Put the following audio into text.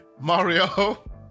Mario